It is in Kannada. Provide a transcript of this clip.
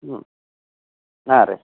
ಹ್ಞೂ ಹಾಂ ರೀ